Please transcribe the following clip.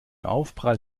aufprall